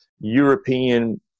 European